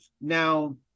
now